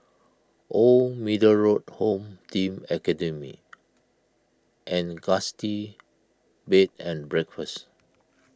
Old Middle Road Home Team Academy and Gusti Bed and Breakfast